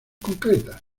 concretas